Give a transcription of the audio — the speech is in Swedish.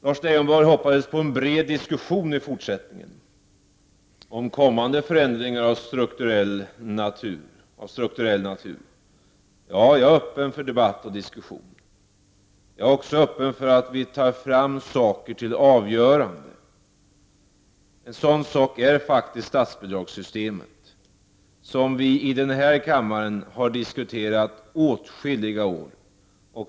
Lars Leijonborg hoppades på en bred diskussion i fortsättningen om kommande förändringar av strukturell natur. Ja, jag är öppen för debatt och diskussion. Jag är också öppen för att vi tar fram frågor till avgörande. En sådan fråga är statsbidragssystemet, som vi i kammaren har diskuterat under åtskilliga år.